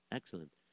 excellent